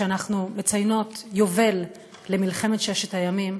כשאנחנו מציינות יובל למלחמת ששת הימים,